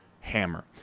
hammer